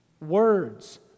words